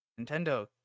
Nintendo